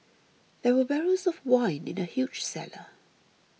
there were barrels of wine in the huge cellar